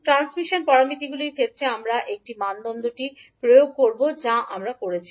transmission প্যারামিটারগুলির ক্ষেত্রে আমরা একই মানদণ্ডটি প্রয়োগ করব যা আমরা করেছি